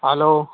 hello